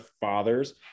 fathers